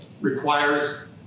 requires